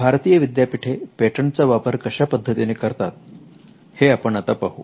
भारतीय विद्यापीठे पेटंट चा वापर कशा पद्धतीने करतात हे आपण आता पाहू